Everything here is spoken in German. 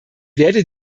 werde